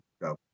go